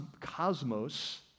cosmos